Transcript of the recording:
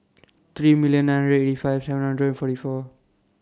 three million nine hundred eighty five seven hundred and forty four